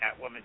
Catwoman